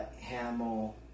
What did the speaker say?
Hamill